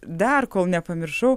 dar kol nepamiršau